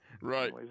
Right